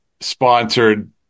sponsored